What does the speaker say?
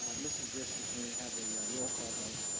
mrs. risk or can we have a roll call vote?